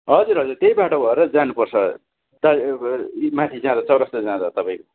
हजुर हजुर त्यही बाटो भएर जानुपर्छ माथि जाँदा चौरास्ता जाँदा तपाईँको